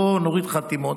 בוא נוריד חתימות.